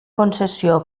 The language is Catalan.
concessió